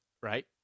Right